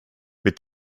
mit